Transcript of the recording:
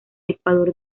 ecuador